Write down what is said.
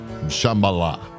Shambhala